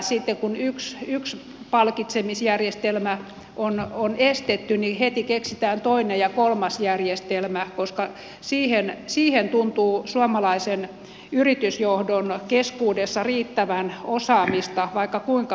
sitten kun yksi palkitsemisjärjestelmä on estetty niin heti keksitään toinen ja kolmas järjestelmä koska siihen tuntuu suomalaisen yritysjohdon keskuudessa riittävän osaamista vaikka kuinka paljon